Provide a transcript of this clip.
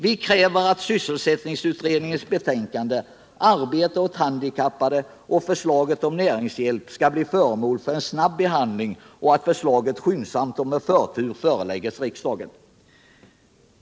Vi har krävt att sysselsättningsutredningens betänkande Arbete åt handikappade och förslaget om näringshjälp skall bli föremål för en snabb behandling samt att förslaget skyndsamt och med förtur föreläggs riksdagen.